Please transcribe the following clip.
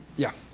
yeah.